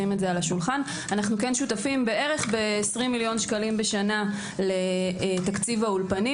אנו כן שותפים בערך ב-20 מיליון שקלים בשנה לתקציב האולפנים